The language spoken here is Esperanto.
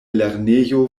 lernejo